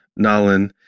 Nalin